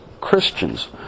Christians